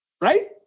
Right